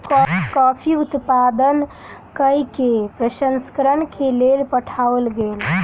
coffee उत्पादन कय के प्रसंस्करण के लेल पठाओल गेल